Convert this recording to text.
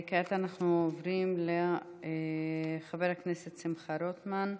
כעת אנחנו עוברים לחבר הכנסת שמחה רוטמן,